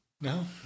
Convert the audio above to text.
No